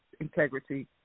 integrity